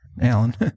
alan